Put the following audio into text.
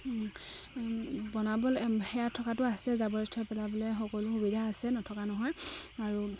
বনাবলৈ সেয়া থকাটো আছে জাবৰ জোথৰ পেলাবলৈ সকলো সুবিধা আছে নথকা নহয় আৰু